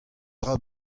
dra